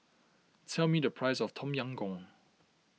tell me the price of Tom Yam Goong